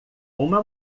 uma